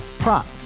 Prop